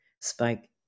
spike